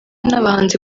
n’abahanzi